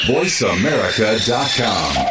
VoiceAmerica.com